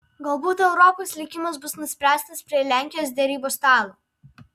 galbūt europos likimas bus nuspręstas prie lenkijos derybų stalo